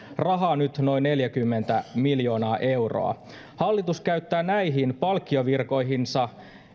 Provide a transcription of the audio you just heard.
rahaa nyt noin neljäkymmentä miljoonaa euroa hallitus käyttää näihin palkkiovirkoihinsa